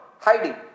hiding